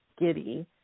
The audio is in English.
giddy